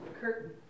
Curtain